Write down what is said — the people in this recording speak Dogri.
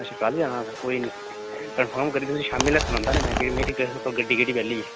अच्छा कल जाना कोई नी कंफर्म करियै शामीं लै सनांदा नी में क्योकिं में दिक्खना गड्डी केह्ड़ी बेह्ली ऐ